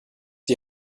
die